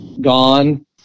gone